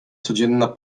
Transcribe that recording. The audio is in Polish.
codzienna